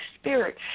Spirit